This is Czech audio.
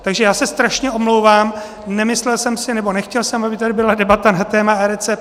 Takže já se strašně omlouvám, nemyslel jsem si, nebo nechtěl jsem, aby tady byla debata na téma eRecept.